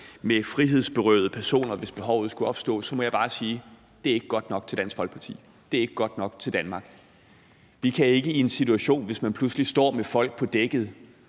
med frihedsberøvede personer, hvis behovet skulle opstå, så må jeg bare sige: Det er ikke godt nok til Dansk Folkeparti, og det er ikke godt nok til Danmark. Vi kan ikke i en situation, hvor man pludselig står med folk på dækket,